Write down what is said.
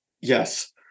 Yes